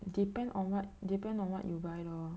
depends on what depends on what you buy lor